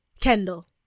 kendall